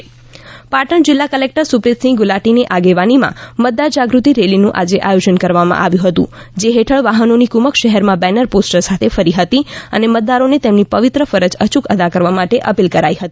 પાટણ મતદાર જાગૃતિ રેલી પાટણ જિલ્લા કલેક્ટર સુપ્રીતસિંઘ ગુલાટીની આગેવાનીમાં મતદાર જાગૃતિ રેલીનું આજે આયોજન કરવામાં આવ્યું હતું જે હેઠળ વાહનોની કુમક શહેરમાં બેનર પોસ્ટર સાથે ફરી હતી અને મતદારોને તેમની પવિત્ર ફરજ અયૂક અદા કરવા અપીલ કરાઈ હતી